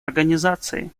организации